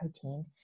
protein